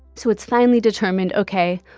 so it's finally determined, ok,